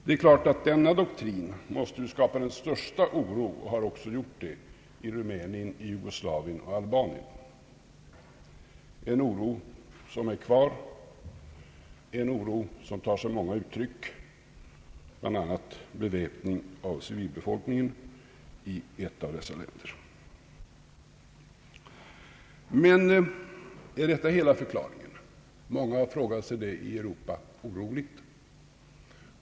Det är klart att denna doktrin måste skapa den största oro och har också gjort det — i Rumänien, Jugoslavien och Albanien — en oro som finns kvar och som tar sig många uttryck, bl.a. beväpning av civilbefolkningen i ett av dessa länder. Men är detta hela förklaringen har många oroligt frågat sig i Europa.